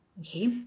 Okay